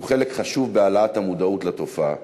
הוא חלק חשוב בהעלאת המודעות לתופעה.